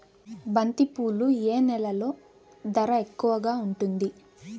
బంతిపూలు ఏ నెలలో ధర ఎక్కువగా ఉంటుంది?